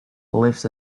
live